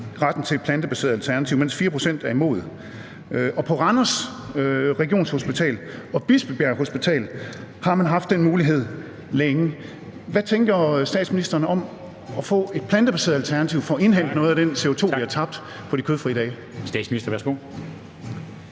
retten til et plantebaseret alternativ, mens 4 pct. er imod, og på Regionshospitalet Randers og Bispebjerg Hospital har man haft den mulighed længe. Hvad tænker statsministeren om at få et plantebaseret alternativ for at indhente noget af den CO2, vi har tabt på de kødfrie dage?